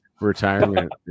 retirement